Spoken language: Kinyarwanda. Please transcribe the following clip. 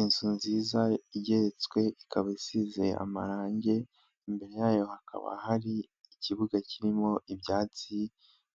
Inzu nziza igeretswe ikaba isize amarangi, imbere yayo hakaba hari ikibuga kirimo ibyatsi,